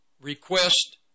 request